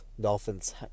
dolphins